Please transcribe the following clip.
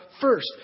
first